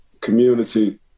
community